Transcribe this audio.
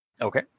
Okay